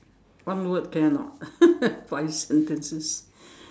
one word can or not five sentences